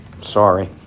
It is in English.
Sorry